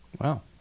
Wow